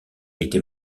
était